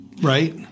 right